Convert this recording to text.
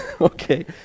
Okay